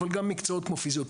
אבל גם מקצועות כמו פיזיותרפיה,